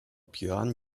björn